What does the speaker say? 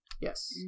yes